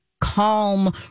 calm